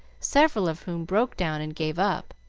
several of whom broke down and gave up.